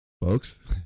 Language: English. folks